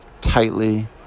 tightly